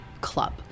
club